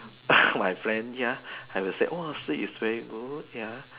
my friend ya I will say !wah! sleep is very good ya